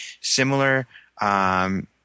similar –